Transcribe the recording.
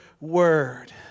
word